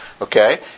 okay